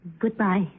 Goodbye